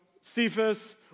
Cephas